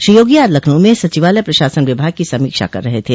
श्री योगी आज लखनऊ में सचिवालय प्रशासन विभाग की समीक्षा कर रहे थे